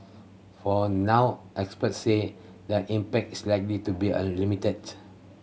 for now experts say that impact is likely to be a limited